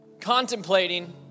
contemplating